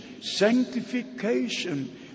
sanctification